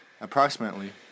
Approximately